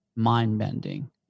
mind-bending